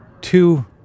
two